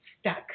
stuck